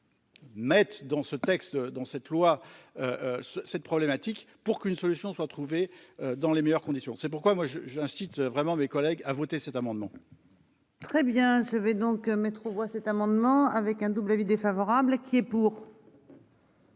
Maître dans ce texte. Dans cette loi. Cette problématique pour qu'une solution soit trouvée dans les meilleures conditions. C'est pourquoi moi je j'incite vraiment mes collègues à voter cet amendement.-- Très bien se veut donc mettre aux voix cet amendement avec un double avis défavorable qui est pour.